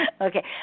Okay